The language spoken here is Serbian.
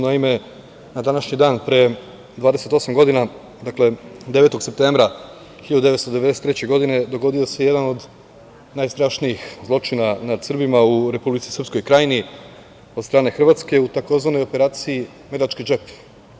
Naime, na današnji dan pre 28. godina, dakle 9. septembra 1993. godine dogodio se jedan od najstrašnijih zločina nad Srbima u Republici Srpskoj Krajini od strane Hrvatske u tzv. operaciji „Medački džep“